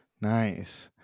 Nice